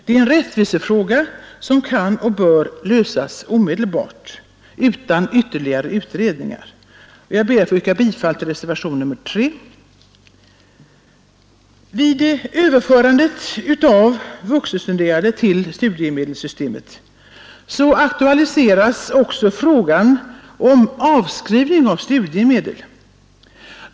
Det är en rättvisefråga som kan och bör lösas omedelbart utan ytterligare utredningar. Jag ber att få yrka bifall till reservationen 3. Vid överförandet av vuxenstuderande till studiemedelssystemet aktualiseras också frågan om avskrivning av studiemedel.